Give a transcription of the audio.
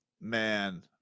Man